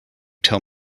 tell